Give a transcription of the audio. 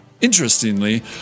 Interestingly